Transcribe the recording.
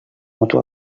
mutu